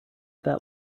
that